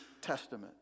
Testament